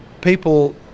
People